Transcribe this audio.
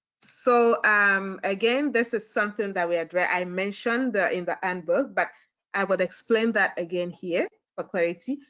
so um again, this is something that we addressed. i mentioned that in the handbook, but i will explain that again here for clarity.